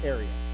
area